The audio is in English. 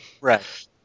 Right